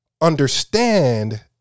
understand